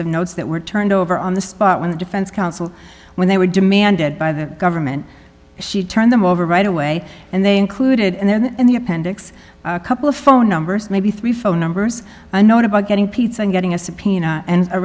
of notes that were turned over on the spot when the defense counsel when they were demanded by the government she turned them over right away and they included and then in the appendix a couple of phone numbers maybe three phone numbers a note about getting pizza and getting a subpoena and a